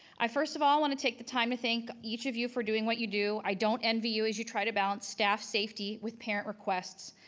i first of all, want to take the time to thank each of you for doing what you do. i don't envy you as you try to balance staff safety with parent requests.